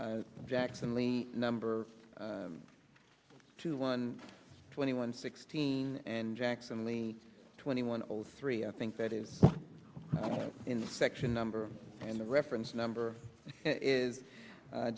up jackson lee number two one twenty one sixteen and jackson lee twenty one or three i think that is in the section number and the reference number is